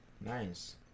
Nice